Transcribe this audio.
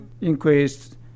increased